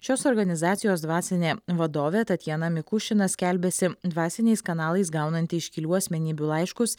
šios organizacijos dvasinė vadovė tatjana mikušina skelbiasi dvasiniais kanalais gaunanti iškilių asmenybių laiškus